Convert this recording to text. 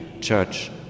Church